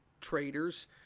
traders